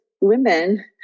women